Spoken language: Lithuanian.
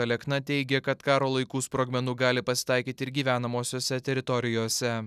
alekna teigė kad karo laikų sprogmenų gali pasitaikyti ir gyvenamosiose teritorijose